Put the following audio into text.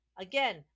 Again